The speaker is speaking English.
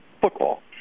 football